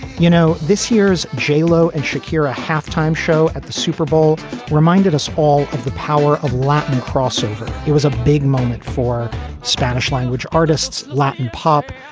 you know, this year's j-lo and shakira halftime show at the super bowl reminded us all of the power of latin crossover. it was a big moment for spanish language artists, latin pop.